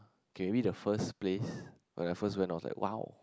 okay maybe the first place when I first went I was like !wow!